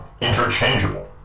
interchangeable